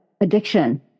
addiction